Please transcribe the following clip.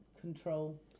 control